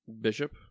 Bishop